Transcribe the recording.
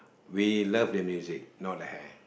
we love the music not the hair